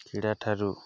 କ୍ରୀଡ଼ା ଠାରୁ